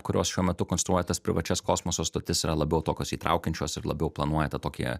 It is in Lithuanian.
kurios šiuo metu konstruoja tas privačias kosmoso stotis yra labiau tokios įtraukiančios ir labiau planuoja tą tokį